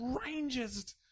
strangest